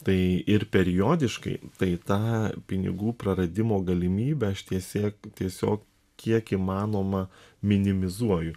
tai ir periodiškai tai tą pinigų praradimo galimybę aš tiesėg tiesiog kiek įmanoma minimizuoju